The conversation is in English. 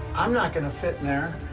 i'm not gonna fit in there.